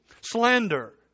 slander